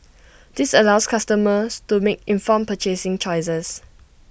this allows customers to make informed purchasing choices